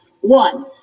One